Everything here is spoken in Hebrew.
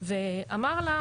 ואמר לה,